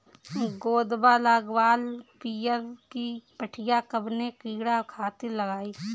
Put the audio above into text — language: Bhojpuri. गोदवा लगवाल पियरकि पठिया कवने कीड़ा खातिर लगाई?